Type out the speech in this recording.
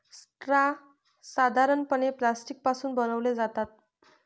straw साधारणपणे plastic पासून बनवले जातात